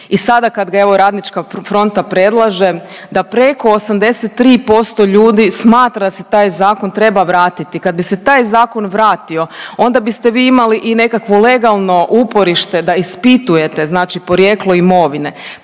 i sada kad ga evo Radnička fronta predlaže da preko 83% ljudi smatra da se taj zakon treba vratiti. Kad bi se taj zakon vratio, onda biste vi imali i nekakvo legalno uporište da ispitujete znači porijeklo imovine.